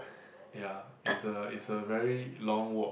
ya it's a it's a very long walk